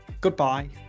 Goodbye